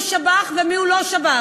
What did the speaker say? לכל מי שעשה במלאכה,